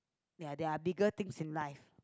ya there are bigger things in life